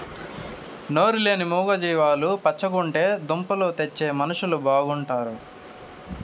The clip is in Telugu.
నోరు లేని మూగ జీవాలు పచ్చగుంటే దుంపలు తెచ్చే మనుషులు బాగుంటారు